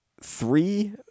three